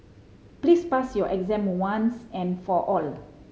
please pass your exam once and for all